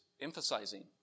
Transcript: emphasizing